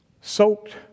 soaked